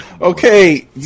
okay